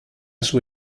sua